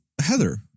Heather